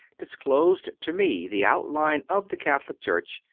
disclosed to me the outline of the catholic church,